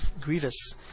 Grievous